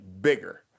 bigger